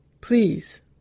Please